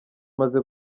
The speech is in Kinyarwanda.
maze